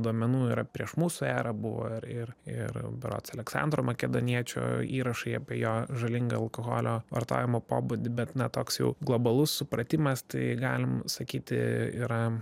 duomenų yra prieš mūsų erą buvo ir ir berods aleksandro makedoniečio įrašai apie jo žalingą alkoholio vartojimo pobūdį bet ne toks jau globalus supratimas tai galim sakyti yra